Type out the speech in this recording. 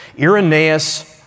Irenaeus